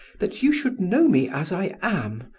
that you should know me as i am,